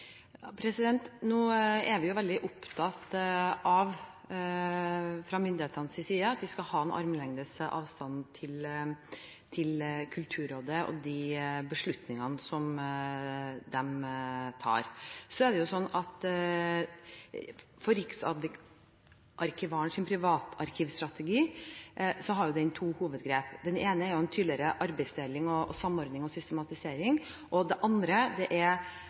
Nå er vi fra myndighetenes side veldig opptatt av at vi skal ha armlengdes avstand til Kulturrådet og de beslutningene som de tar. Når det gjelder Riksarkivarens privatarkivstrategi, har den to hovedgrep. Det ene er en tydeligere arbeidsdeling, samordning og systematisering. Det andre er at flere ressurser skal tilføres privatarkivfeltet fra både staten, fylker og kommuner – og fra næringslivet. Jeg er